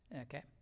okay